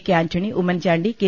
K Antony Oommen Chandy K